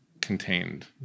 contained